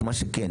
מה שכן,